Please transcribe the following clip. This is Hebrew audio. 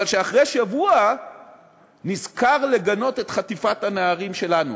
שאחרי שבוע נזכר לגנות את חטיפת הנערים שלנו.